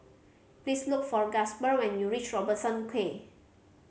please look for Gasper when you reach Robertson Quay